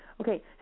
Okay